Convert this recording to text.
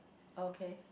okay